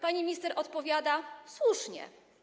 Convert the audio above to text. Pani minister odpowiada: Słusznie.